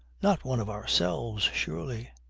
not one of ourselves surely?